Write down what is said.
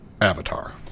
Avatar